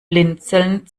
blinzeln